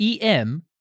EM